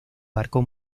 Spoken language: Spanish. barco